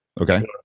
Okay